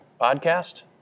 Podcast